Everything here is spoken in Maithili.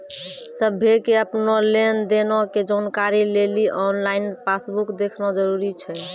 सभ्भे के अपनो लेन देनो के जानकारी लेली आनलाइन पासबुक देखना जरुरी छै